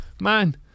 Man